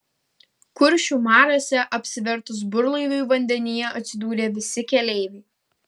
kuršių mariose apsivertus burlaiviui vandenyje atsidūrė visi keleiviai